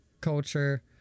culture